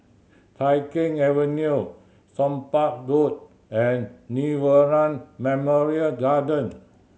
Tai Keng Avenue Somapah Road and Nirvana Memorial Garden